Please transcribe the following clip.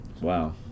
Wow